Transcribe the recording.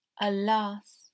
alas